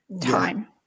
time